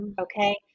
Okay